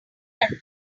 are